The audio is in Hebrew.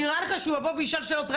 נראה לך שהוא יבוא וישאל שאלות,